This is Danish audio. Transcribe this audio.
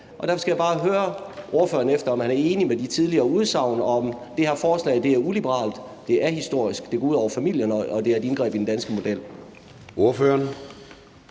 Der skal jeg bare høre ordføreren, om han er enig i de tidligere udsagn om, at det her forslag er uliberalt, at det er ahistorisk, at det går ud over familierne og er et indgreb i den danske model.